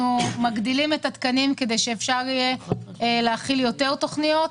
אנחנו מגדילים את התקנים כדי שאפשר יהיה להכיל יותר תוכניות.